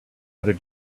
other